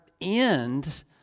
end